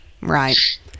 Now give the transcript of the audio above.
Right